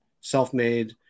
self-made